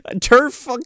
turf